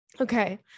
Okay